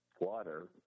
water